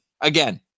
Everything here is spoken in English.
Again